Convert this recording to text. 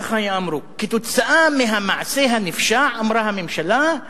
ככה אמרו, כתוצאה מהמעשה הנפשע, אמרה הממשלה,